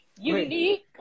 unique